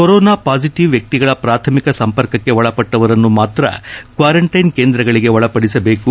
corona positive ವ್ಯಕ್ತಿಗಳ ಪ್ರಾಥಮಿಕ ಸಂಪರ್ಕಕ್ಕೆ ಒಳಪಟ್ಟವರನ್ನು ಮಾತ್ರ ಕ್ವಾರಂಟ್ಯೆನ್ ಕೇಂದ್ರಗಳಿಗೆ ಒಳಪಡಿಸಬೇಕು